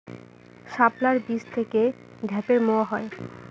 শাপলার বীজ থেকে ঢ্যাপের মোয়া হয়?